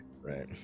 Right